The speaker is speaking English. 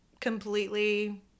completely